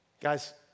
Guys